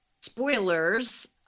Spoilers